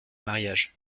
mariage